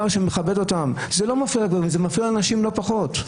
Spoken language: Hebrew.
שמכבד אותן שיידע שזה מפריע לנשים לא פחות.